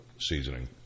seasoning